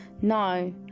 no